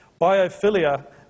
Biophilia